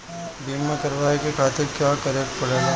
बीमा करेवाए के खातिर का करे के पड़ेला?